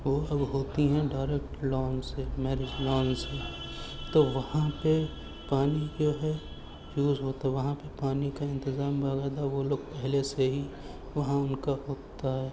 وہ اب ہوتی ہیں ڈائرکٹ لان سے میریج لان سے تو وہاں پہ پانی جو ہے یوز ہوتا وہاں پہ پانی کا انتظام باقاعدہ وہ لوگ پہلے سے ہی وہاں ان کا خود کا ہے